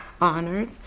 honors